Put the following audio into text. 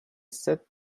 said